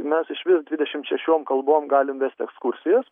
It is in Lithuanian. mes išvis dvidešimt šešiom kalbom galim vest ekskursijas